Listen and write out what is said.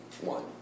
one